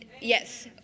yes